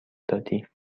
دادی